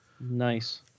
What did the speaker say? Nice